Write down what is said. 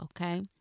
Okay